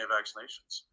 vaccinations